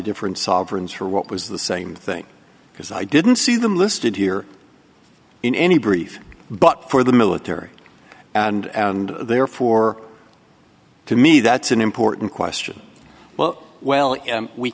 different sovereigns for what was the same thing because i didn't see them listed here in any brief but for the military and therefore to me that's an important question well well we